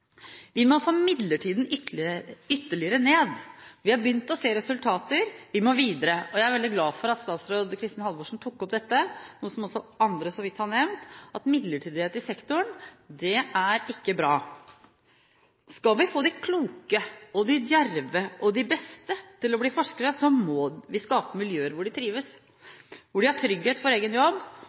Vi må få midlertidigheten ytterligere ned. Vi har begynt å se resultater – vi må videre. Jeg er veldig glad for at statsråd Kristin Halvorsen tok opp dette, noe som også andre så vidt har nevnt, nemlig at midlertidighet i sektoren ikke er bra. Skal vi få de kloke og de djerve og de beste til å bli forskere, må vi skape miljøer hvor de trives, hvor de har trygghet for egen jobb,